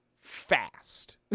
fast